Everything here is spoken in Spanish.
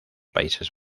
países